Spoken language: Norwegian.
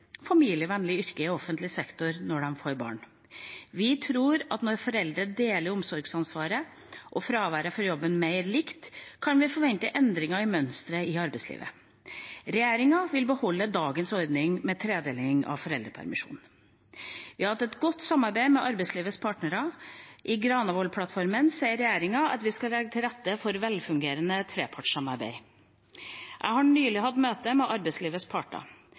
i offentlig sektor når de får barn. Vi tror at når foreldrene deler omsorgsansvaret og fraværet fra jobb mer likt, kan vi forvente endringer i mønsteret i arbeidslivet. Regjeringa vil beholde dagens ordning med tredeling av foreldrepermisjonen. Vi har hatt et godt samarbeid med arbeidslivets parter. I Granavolden-plattformen sier regjeringa at vi skal legge til rette for et velfungerende trepartssamarbeid. Jeg har nylig hatt møte med arbeidslivets parter.